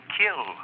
kill